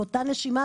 באותה נשימה,